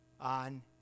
on